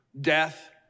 death